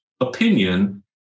opinion